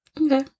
Okay